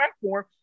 platform